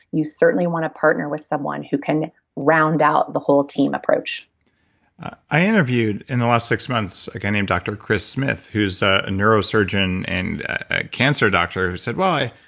you certainly want to partner with someone who can round out the whole team approach i interviewed in the last six months a guy named dr. chris smith, who's a neurosurgeon and cancer doctor who said, well,